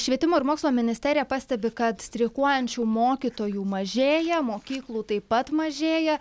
švietimo ir mokslo ministerija pastebi kad streikuojančių mokytojų mažėja mokyklų taip pat mažėja